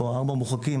פה ארבעה מורחקים,